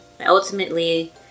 Ultimately